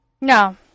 No